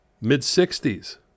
mid-60s